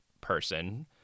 person